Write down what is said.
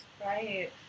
right